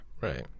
Right